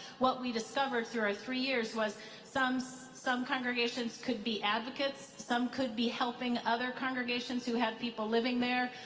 what we discovered through our three years was some so some congregations could be advocates, some could be helping other congregations who had people living there.